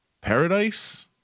Paradise